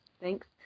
thanks